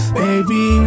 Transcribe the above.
baby